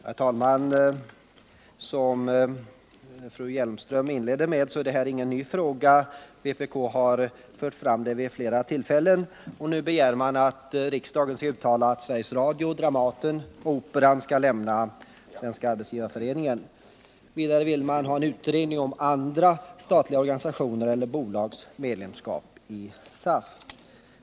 Herr talman! Som fru Hjelmström sade inledningsvis är detta ingen ny fråga. Vpk har fört fram den vid flera tillfällen, och nu begär man att riksdagen skall uttala sig för att Sveriges Radio, Operan och Dramaten skall lämna Svenska arbetsgivareföreningen. Vidare vill man ha en utredning om andra statliga organisationers eller bolags medlemskap i SAF.